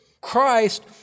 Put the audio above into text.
christ